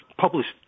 published